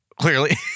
clearly